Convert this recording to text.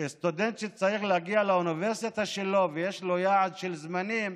כי סטודנט שצריך להגיע לאוניברסיטה שלו ויש לו יעד של זמנים,